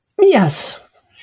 yes